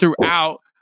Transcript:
throughout